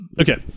Okay